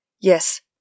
Yes